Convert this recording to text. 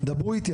דברו איתי,